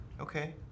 Okay